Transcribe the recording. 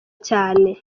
cyane